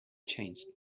changed